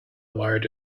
wired